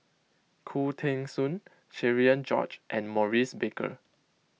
Khoo Teng Soon Cherian George and Maurice Baker